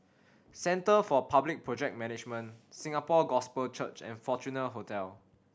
Centre for Public Project Management Singapore Gospel Church and Fortuna Hotel